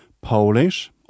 Polish